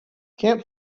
camp